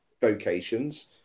vocations